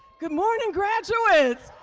good morning, graduates.